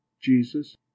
Jesus